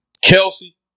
Kelsey